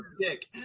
dick